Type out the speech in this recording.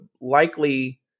likely